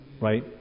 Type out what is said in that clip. right